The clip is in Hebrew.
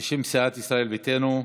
בשם סיעת ישראל ביתנו,